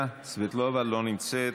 סבטלובה, לא נמצאת.